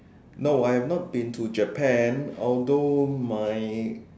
no I have not been to Japan although my